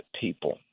people